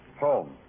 Home